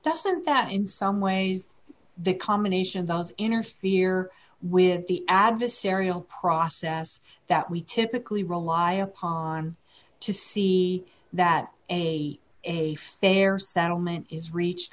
doesn't that in some ways the combinations of interfere with the adversarial process that we typically rely on pollen to see that a a fair settlement is reached